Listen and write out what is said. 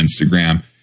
Instagram